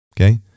Okay